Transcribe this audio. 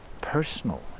personal